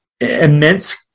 immense